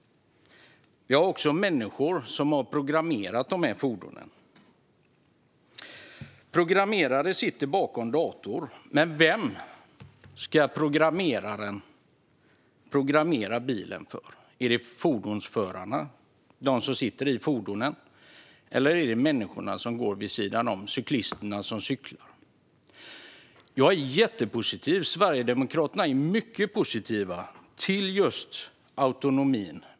Det är människor som har programmerat de här fordonen. Programmerare sitter bakom en dator, men vem ska programmeraren programmera bilen för? Är det för fordonsförarna, alltså de som sitter i fordonen, eller är det för människorna som går vid sidan av? Är det för cyklisterna? Jag och Sverigedemokraterna är mycket positiva till just autonomin.